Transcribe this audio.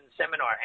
seminar